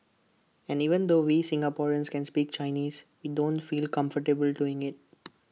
and even though we Singaporeans can speak Chinese we don't feel comfortable doing IT